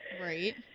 Right